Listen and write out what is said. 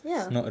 ya